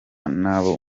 nabo